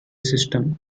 system